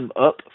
up